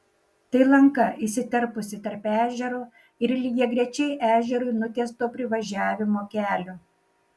tai lanka įsiterpusi tarp ežero ir lygiagrečiai ežerui nutiesto privažiavimo kelio